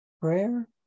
Prayer